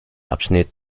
abschnitt